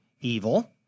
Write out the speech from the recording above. evil